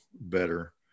better